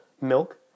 milk